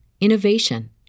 innovation